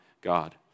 God